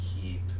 keep